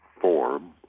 form